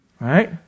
Right